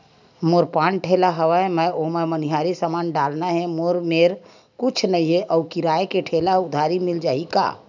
मोर पान ठेला हवय मैं ओमा मनिहारी समान डालना हे मोर मेर कुछ नई हे आऊ किराए के ठेला हे उधारी मिल जहीं का?